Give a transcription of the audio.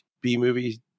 B-movie